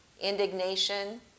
indignation